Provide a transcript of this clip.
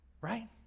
right